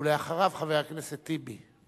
ואחריו, חבר הכנסת טיבי.